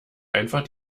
einfach